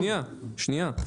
שניה, שניה.